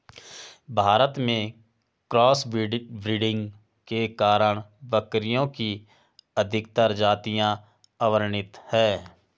भारत में cross breeding के कारण बकरियों की अधिकतर जातियां अवर्णित है